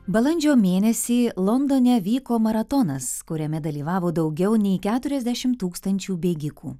balandžio mėnesį londone vyko maratonas kuriame dalyvavo daugiau nei keturiasdešim tūkstančių bėgikų